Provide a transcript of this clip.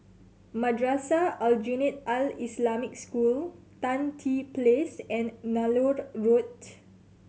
Madrasah Aljunied Al Islamic School Tan Tye Place and Nallur Road